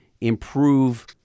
improve